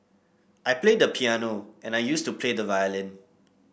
I play the piano and I used to play the violin